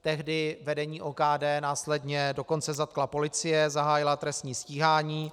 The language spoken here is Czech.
Tehdy vedení OKD následně dokonce zatkla policie, zahájila trestní stíhání.